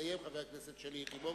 תסיים חברת הכנסת יחימוביץ,